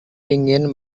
ingin